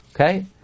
Okay